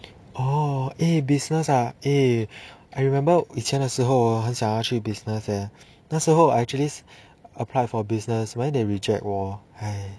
oh eh business ah eh I remember 以前的时候很想要去 business 那时候 I actually apply for business but then they reject 我唉